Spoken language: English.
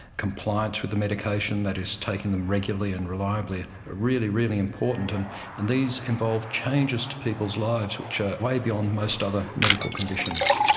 compliance with the medication, that is taking them regularly and reliably are really, really important, and and these involve changes to people's lives which are way beyond most other medical conditions.